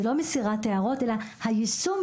זה לא מסירת הערות אלא היישום.